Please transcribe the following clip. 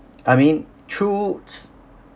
I mean throughs